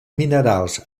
minerals